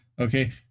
Okay